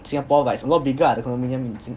singapore but it's a lot bigger ah the condominium in sing~